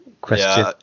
question